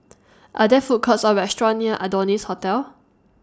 Are There Food Courts Or restaurants near Adonis Hotel